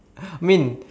mean